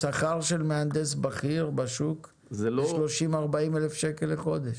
שכר של מהנדס בכיר בשוק זה 30,000-40,000 שקלים לחודש.